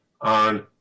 on